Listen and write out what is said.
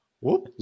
Whoop